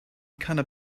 kinda